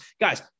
Guys